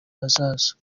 hazaza